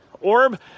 Orb